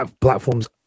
platforms